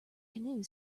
canoe